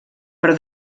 per